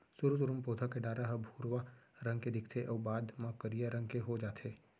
सुरू सुरू म पउधा के डारा ह भुरवा रंग के दिखथे अउ बाद म करिया रंग के हो जाथे